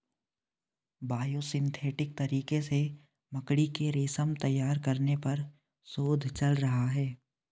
biosynthetic तरीके से मकड़ी के रेशम तैयार करने पर शोध चल रहा है